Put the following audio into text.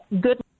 good